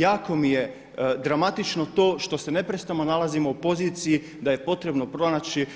Jako mi je dramatično to što se neprestano nalazimo u poziciji da je potrebno pronaći